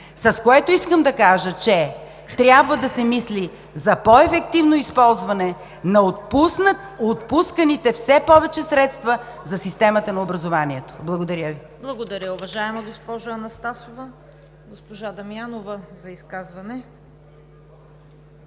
с което искам да кажа, че трябва да се мисли за по-ефективното използване на отпусканите все повече средства за системата на образованието. Благодаря Ви. ПРЕДСЕДАТЕЛ ЦВЕТА КАРАЯНЧЕВА: Благодаря, госпожо Анастасова. Госпожа Дамянова за изказване.